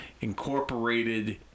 incorporated